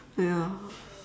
ya